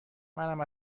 منم